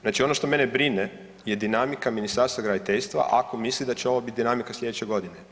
Znači ono što mene brine je dinamika Ministarstva graditeljstva ako misli da će ovo biti dinamika sljedeće godine.